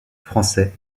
français